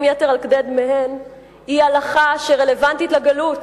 יתר על כדי דמיהן" היא הלכה שרלוונטית לגלות,